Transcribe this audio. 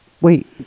Wait